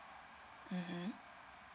(uh huh)